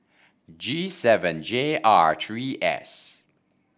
G seven J R three S